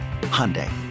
Hyundai